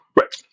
Right